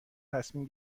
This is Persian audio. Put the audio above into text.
تصمیم